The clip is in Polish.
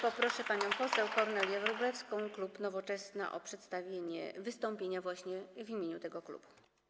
Poproszę panią poseł Kornelię Wróblewską, klub Nowoczesna, o przedstawienie wystąpienia właśnie w imieniu tego klubu.